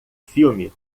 filme